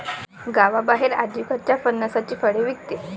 गावाबाहेर आजी कच्च्या फणसाची फळे विकते